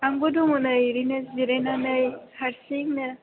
आंबो दङ नै ओरैनो जिरायनानै हारसिंनो